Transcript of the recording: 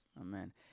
Amen